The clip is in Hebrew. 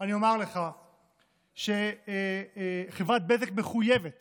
אני אומר לך שחברת בזק מחויבת